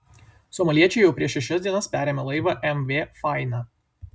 somaliečiai jau prieš šešias dienas perėmė laivą mv faina